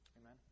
Amen